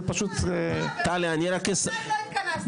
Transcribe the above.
זה פשוט --- שנתיים לא התכנסנו